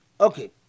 Okay